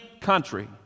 country